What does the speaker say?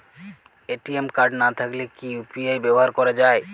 ATM card না থাকলে কি ইউ.পি.আই ব্যবহার করা য়ায়?